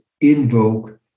invoke